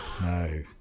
no